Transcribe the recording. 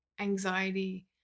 anxiety